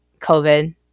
COVID